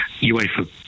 UEFA